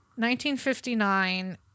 1959